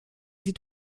sie